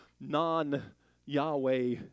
non-Yahweh